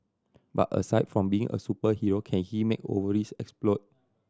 but aside from being a superhero can he make ovaries explode